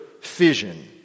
fission